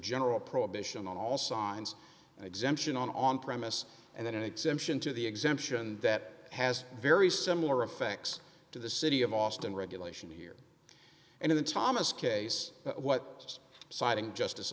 general prohibition on all signs and exemption on on premise and then an exemption to the exemption that has very similar effects to the city of austin regulation here in the thomas case what he's citing justice